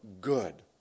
good